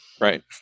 Right